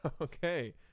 Okay